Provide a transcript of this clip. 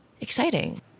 exciting